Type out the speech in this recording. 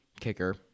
kicker